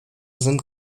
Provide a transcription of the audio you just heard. sind